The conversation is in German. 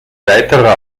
weiterer